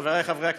חברי חברי הכנסת,